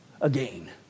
again